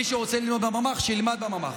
מי שרוצה ללמוד בממ"ח, שילמד בממ"ח.